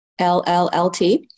LLLT